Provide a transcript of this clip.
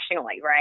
right